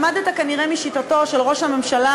למדת כנראה משיטתו של ראש הממשלה,